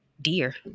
dear